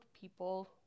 people